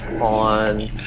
on